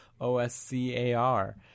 O-S-C-A-R